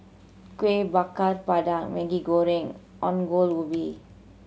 Kuih Bakar Pandan Maggi Goreng Ongol Ubi